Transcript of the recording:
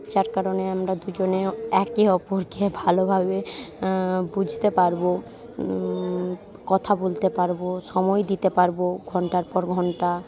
যার কারণে আমরা দুজনে একে অপরকে ভালোভাবে বুঝতে পারবো কথা বলতে পারবো সময় দিতে পারবো ঘন্টার পর ঘন্টা